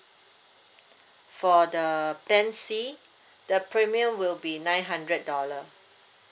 for the plan C the premium will be nine hundred dollar